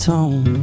Tone